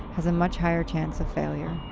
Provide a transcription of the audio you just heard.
has a much higher chance of failure.